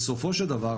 בסופו של דבר,